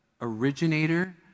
originator